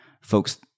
folks